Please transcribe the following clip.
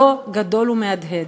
לא גדול ומהדהד.